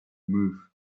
move